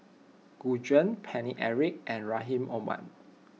Gu Juan Paine Eric and Rahim Omar